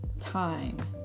Time